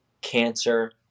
cancer